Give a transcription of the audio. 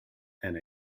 and